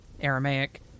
Aramaic